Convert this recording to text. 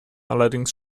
allerdings